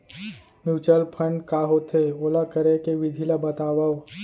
mutual fund का होथे, ओला करे के विधि ला बतावव